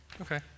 okay